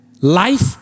life